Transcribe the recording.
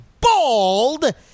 Bald